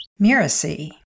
Miracy